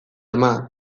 ama